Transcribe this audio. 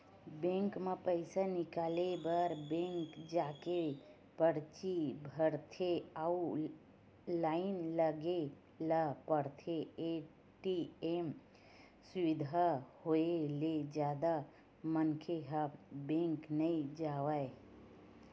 bank म पइसा निकाले बर बेंक जाके परची भरथे अउ लाइन लगे ल परथे, ए.टी.एम सुबिधा होय ले जादा मनखे ह बेंक नइ जावय